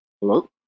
Hello